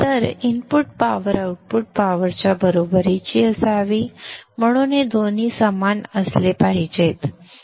तर input power output पॉवरच्या बरोबरीची असावी म्हणून हे दोन्ही समान असले पाहिजेत